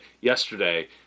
yesterday